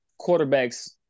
Quarterbacks